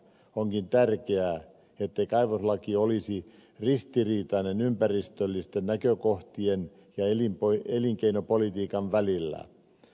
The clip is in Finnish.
onkin tärkeää ettei kaivoslaki olisi ristiriitainen ympäristöllisten näkökohtien ja elinkeinopolitiikan välillä